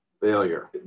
failure